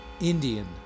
Indian